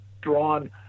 drawn